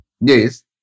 Yes